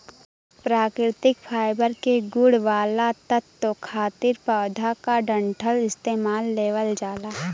प्राकृतिक फाइबर के गुण वाला तत्व खातिर पौधा क डंठल इस्तेमाल लेवल जाला